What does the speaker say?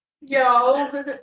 Yo